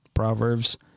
Proverbs